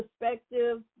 perspective